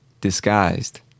Disguised